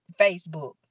Facebook